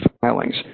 filings